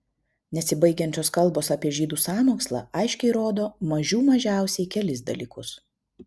nesibaigiančios kalbos apie žydų sąmokslą aiškiai rodo mažių mažiausiai kelis dalykus